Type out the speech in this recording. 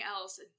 else